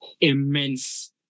immense